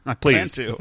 please